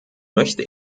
möchte